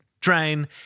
drain